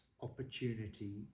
opportunity